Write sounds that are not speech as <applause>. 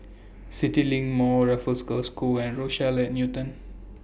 CityLink Mall Raffles Girls' School <noise> and Rochelle Newton